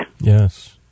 Yes